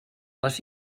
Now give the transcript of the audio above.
les